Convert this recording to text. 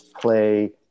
play